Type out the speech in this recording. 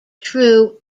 true